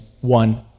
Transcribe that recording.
one